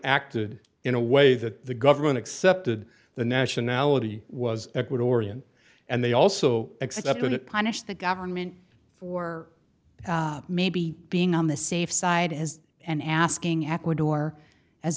acted in a way that the government accepted the nationality was ecuadorian and they also accepted it punish the government for maybe being on the safe side as an asking ecuador as